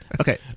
Okay